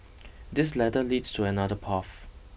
this ladder leads to another path